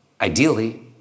Ideally